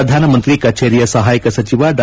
ಪ್ರಧಾನಮಂತ್ರಿ ಕಜೇರಿಯ ಸಹಾಯಕ ಸಚಿವ ಡಾ